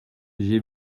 j’ai